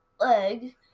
leg